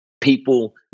people